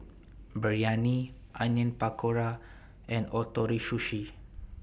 Biryani Onion Pakora and Ootoro Sushi